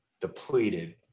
depleted